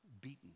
beaten